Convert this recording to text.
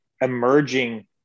emerging